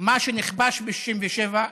מה שנכבש ב-67',